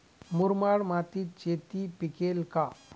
मुरमाड मातीत शेती पिकेल का?